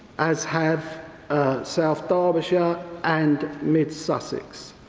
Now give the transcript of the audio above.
as have south derbyshire and mid-sussex,